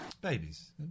Babies